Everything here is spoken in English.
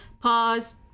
pause